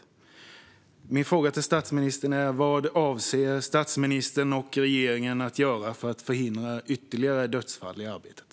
Min fråga till statsministern är: Vad avser statsministern och regeringen att göra för att förhindra ytterligare dödsfall i arbetet?